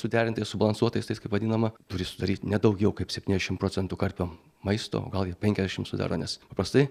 suderintais subalansuotais tais kaip vadinama turi sudaryt ne daugiau kaip septyniasdešim procentų karpio maisto gal ir penkiasdešim sudaro nes įpastai